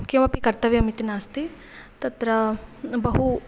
किमपि कर्तव्यम् इति नास्ति तत्र बहु